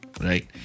Right